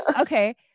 Okay